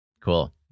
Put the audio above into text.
Cool